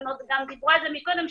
דיברו על זה מקודם,